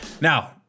Now